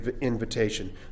invitation